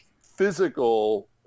physical